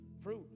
fruit